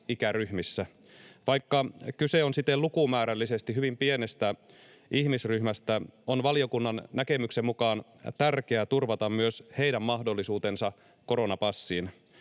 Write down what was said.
Vaikka kyse on siten lukumäärällisesti hyvin pienestä ihmisryhmästä, on valiokunnan näkemyksen mukaan tärkeää turvata myös heidän mahdollisuutensa koronapassiin.